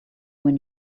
when